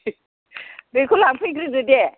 बेखौ लांफैग्रोदो दे